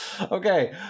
Okay